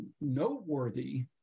noteworthy